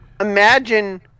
Imagine